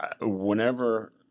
Whenever